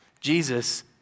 Jesus